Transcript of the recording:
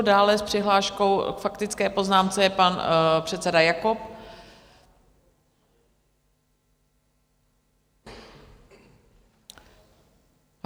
Dále s přihláškou k faktické poznámce je pan předseda Jakob.